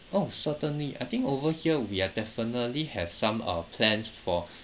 oh certainly I think over here we are definitely have some uh plans for